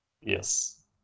Yes